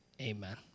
amen